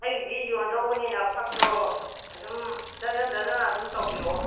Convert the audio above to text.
ꯑꯩꯒꯤꯗꯤ ꯌꯣꯟꯗꯧꯕꯅꯤꯅ ꯐꯛꯇꯣ ꯑꯗꯨꯝ ꯗꯔꯖꯟ ꯗꯔꯖꯟ ꯑꯗꯨꯝ ꯇꯧꯕꯤꯔꯛꯑꯣ